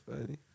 funny